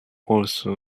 also